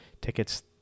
tickets